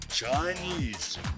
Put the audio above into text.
Chinese